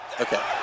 Okay